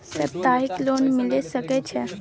सप्ताहिक लोन मिल सके छै?